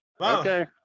Okay